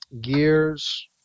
gears